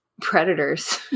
Predators